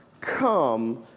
come